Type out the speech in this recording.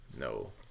no